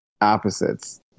opposites